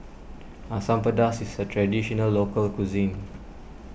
Asam Pedas is a Traditional Local Cuisine